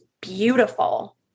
beautiful